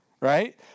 right